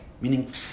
meaning